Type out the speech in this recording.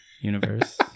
universe